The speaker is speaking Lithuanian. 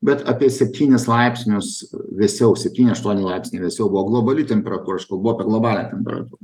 bet apie septynis laipsnius vėsiau septyni aštuoni laipsniai vėsiau buvo globali temperatūra aš kalbu apie globalią temperatūrą